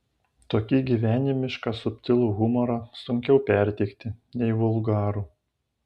tokį gyvenimišką subtilų humorą sunkiau perteikti nei vulgarų